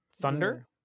Thunder